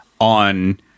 on